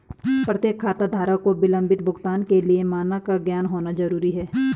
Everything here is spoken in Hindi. प्रत्येक खाताधारक को विलंबित भुगतान के लिए मानक का ज्ञान होना जरूरी है